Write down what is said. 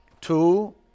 Two